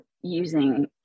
using